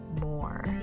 more